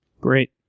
Great